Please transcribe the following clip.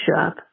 shop